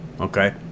okay